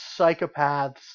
psychopaths